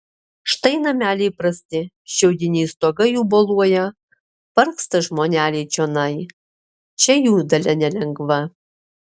štai nameliai prasti šiaudiniai stogai jų boluoja vargsta žmoneliai čionai čia jų dalia nelengva